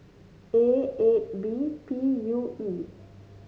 A eight B P U E